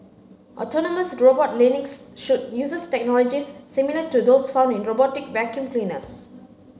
autonomous robot Lynx should uses technology similar to those found in robotic vacuum cleaners